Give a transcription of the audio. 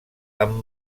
amb